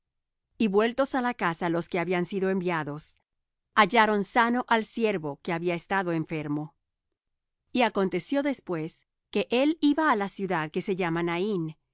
y vueltos á casa los que habían sido enviados hallaron sano al siervo que había estado enfermo y aconteció después que él iba á la ciudad que se llama naín